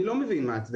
אני לא מבין מה ההצדקה.